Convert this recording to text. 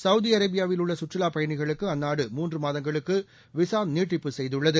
சவுதிஅரேபியாவிலுள்ளசுற்றுலாபயணிகளுக்குஅந்நாடு மூன்றுமாதங்களுக்குவிசாநீட்டிப்பு செய்துள்ளது